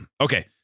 Okay